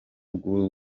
bwu